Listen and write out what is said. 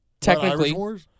technically